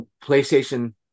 PlayStation